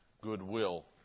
goodwill